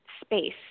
space